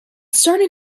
starting